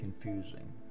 confusing